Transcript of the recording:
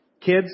kids